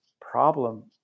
problem